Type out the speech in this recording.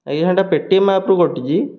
ଆଜ୍ଞା ସେଇଟା ପେଟିଏମ୍ ଆପ୍ରୁ କଟିଛି